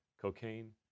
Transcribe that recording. cocaine